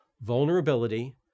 vulnerability